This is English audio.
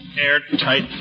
airtight